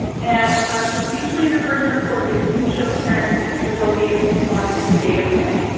and um it's usually the first report that you can show parents because they'll be at least one to two data points.